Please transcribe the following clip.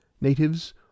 natives